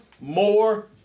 more